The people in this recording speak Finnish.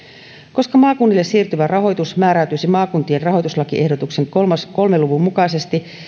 koska maakunnille siirtyvä rahoitus määräytyisi maakuntien rahoituslakiehdotuksen kolmen luvun mukaisesti